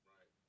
Right